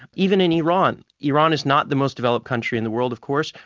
even in iran. iran is not the most developed country in the world of course,